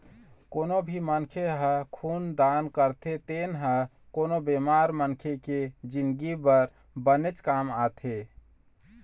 कोनो भी मनखे ह खून दान करथे तेन ह कोनो बेमार मनखे के जिनगी बर बनेच काम आथे